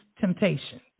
temptation